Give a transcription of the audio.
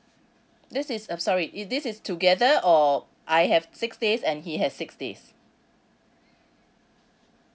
this is uh sorry is this is together or I have six days and he has six days